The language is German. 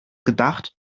gedacht